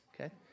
okay